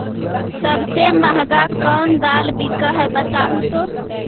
सबसे महंगा कोन दाल बिक है बताहु तो?